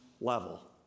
level